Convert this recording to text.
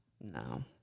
No